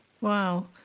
Wow